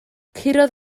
curodd